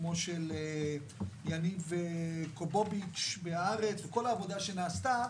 כמו של יניב קובוביץ' ב"הארץ" וכל העבודה שנעשתה